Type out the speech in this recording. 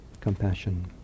compassion